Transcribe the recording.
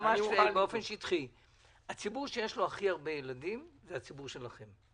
באופן שטחי: הציבור שיש לו הכי הרבה ילדים זה הציבור שלכם.